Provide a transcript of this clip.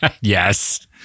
Yes